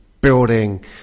building